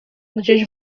gdzieś